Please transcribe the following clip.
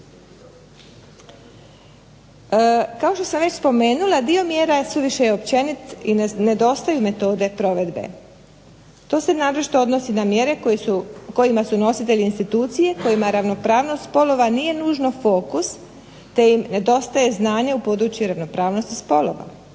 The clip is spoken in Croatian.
Kao što sam već spomenula, dio mjera je suviše općenit i nedostaju metode provedbe. To se naročito odnosi na mjere kojima su nositelji institucije, kojima ravnopravnost spolova nije nužno fokus te im nedostaje znanje u području ravnopravnosti spolova.